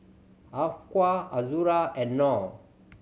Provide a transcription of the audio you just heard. Afiqah Azura and Nor